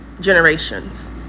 generations